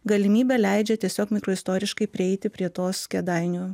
galimybę leidžia tiesiog mikroistoriškai prieiti prie tos kėdainių